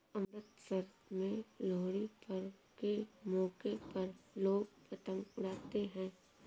अमृतसर में लोहड़ी पर्व के मौके पर लोग पतंग उड़ाते है